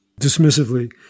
dismissively